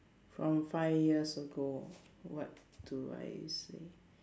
from five years ago what do I say